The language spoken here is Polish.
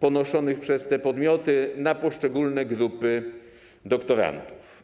ponoszonych przez te podmioty na poszczególne grupy doktorantów.